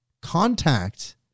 Contact